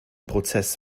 prozess